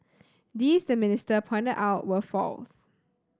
these the minister pointed out were false